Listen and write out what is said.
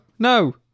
No